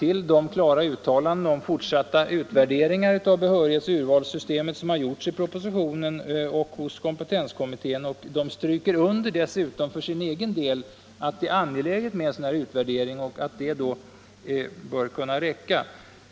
till de klara uttalanden om fortsatta utvärderingar av behörighetsoch urvalssystemet som gjorts i propositionen och i kompetenskommittén, och utskottet stryker dessutom för egen del under att det är angeläget med en utvärdering och det bör kunna räcka.